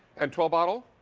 and twelve bottle,